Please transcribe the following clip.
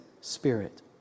spirit